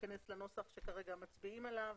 ייכנס לנוסח שכרגע מצביעים עליו.